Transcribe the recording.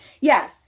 Yes